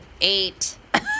eight